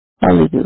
Hallelujah